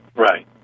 Right